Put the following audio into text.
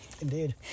Indeed